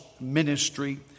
ministry